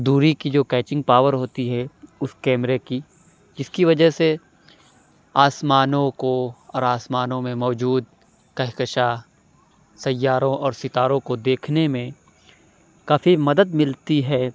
دوری کی جو کیچنگ پاؤر ہوتی ہے اُس کیمرے کی جس کی وجہ سے آسمانوں کو اور آسمانوں میں موجود کہکشا سیاروں اور ستاروں کو دیکھنے میں کافی مدد ملتی ہے